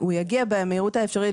הוא יגיע במהירות האפשרית.